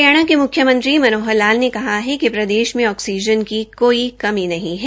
हरियाणा के मुख्यमंत्री मनोहर लाल ने कहा कि प्रदेश में ऑक्सीजन की कोई कमी नहीं है